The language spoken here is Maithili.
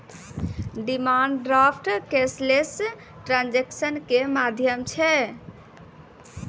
डिमान्ड ड्राफ्ट कैशलेश ट्रांजेक्सन के माध्यम छै